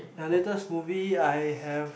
the latest movie I have